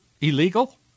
illegal